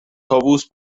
طاووس